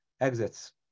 exits